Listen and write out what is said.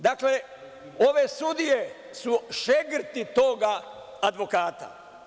Dakle, ove sudije su šegrti toga advokata.